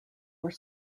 were